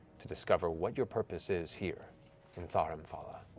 to discover what your purpose is here in thar amphala.